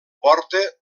porta